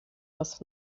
was